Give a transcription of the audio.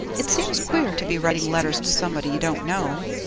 it seems queer to be writing letters to somebody you don't know.